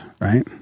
right